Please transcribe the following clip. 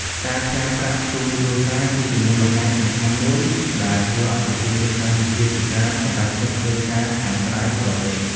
ការផ្ញើប្រាក់ជូនគ្រួសារគឺជាមូលហេតុសំខាន់មួយដែលធ្វើឱ្យប្រជាជនកម្ពុជាជាច្រើនសម្រេចចិត្តធ្វើការខាងក្រៅប្រទេស។